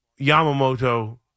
Yamamoto